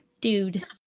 dude